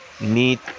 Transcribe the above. need